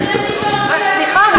אל תפריעי לי.